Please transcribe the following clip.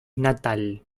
natal